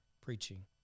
preaching